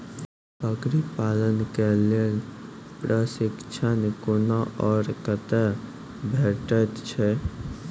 बकरी पालन के लेल प्रशिक्षण कूना आर कते भेटैत छै?